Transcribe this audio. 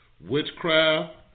witchcraft